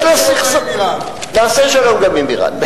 יש לה סכסוך, נעשה שלום גם עם אירן.